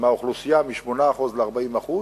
מהאוכלוסייה, מ-8% ל-40%,